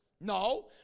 No